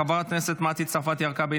חברת הכנסת מטי צרפתי הרכבי,